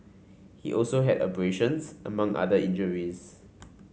he also had abrasions among other injuries